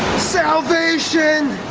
salvation!